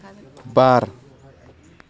बार